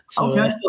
Okay